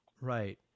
right